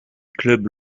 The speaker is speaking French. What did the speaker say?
clubs